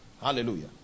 hallelujah